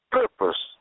purpose